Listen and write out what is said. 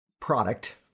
product